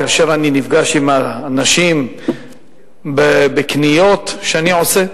כאשר אני נפגש עם אנשים בקניות שאני עושה,